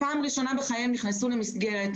שפעם ראשונה בחייהם נכנסו למסגרת,